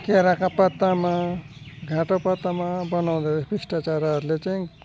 केराका पत्तामा घाटा पत्तामा बनाउँदो रहेछ फिस्टा चराहरूले चाहिँ